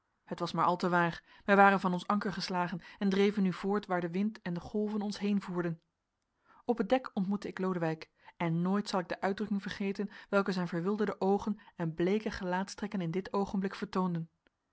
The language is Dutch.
het was maar al te waar wij waren van ons anker geslagen en dreven nu voort waar de wind en de golven ons heenvoerden op het dek ontmoette ik lodewijk en nooit zal ik de uitdrukking vergeten welke zijn verwilderde oogen en bleeke gelaatstrekken in dit oogenblik vertoonden